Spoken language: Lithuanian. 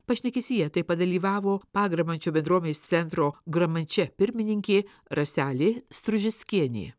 pašnekesyje taip pat dalyvavo pagramančio bendruomenės centro gramančia pirmininkė raselė stružeckienė